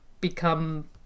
become